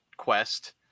Quest